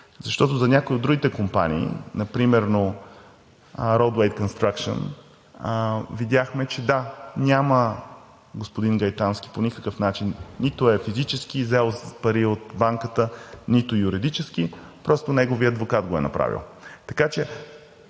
Защото за някои от другите компании, например Роудуей кънстракшън, видяхме, че – да, няма господин Гайтански по никакъв начин – нито физически е взел пари от банката, нито юридически, просто неговият адвокат го е направил.